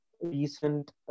recent